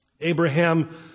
Abraham